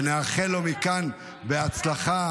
ונאחל לו מכאן בהצלחה,